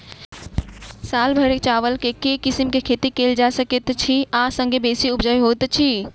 साल भैर चावल केँ के किसिम केँ खेती कैल जाय सकैत अछि आ संगे बेसी उपजाउ होइत अछि?